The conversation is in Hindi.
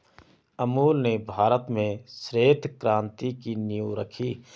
अमूल ने भारत में श्वेत क्रान्ति की नींव रखी